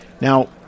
now